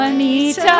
Anita